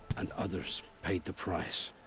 and others. paid the price.